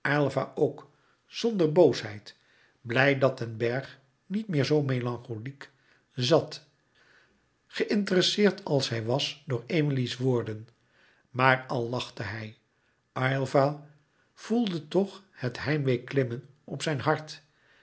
aylva ook zonder boosheid blij dat den bergh niet meer zoo melancholiek zat geïnteresseerd als hij was door emilie's woorden maar al lachte hij aylva voelde toch het heimwee klimmen op zijn hart